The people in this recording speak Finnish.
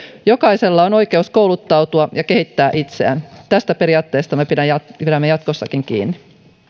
jokaisella on oikeus kouluttautua ja kehittää itseään tästä periaatteesta me pidämme jatkossakin kiinni